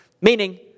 meaning